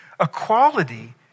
equality